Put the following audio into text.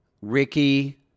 Ricky